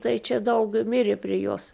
tai čia daug mirė prie jos